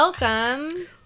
Welcome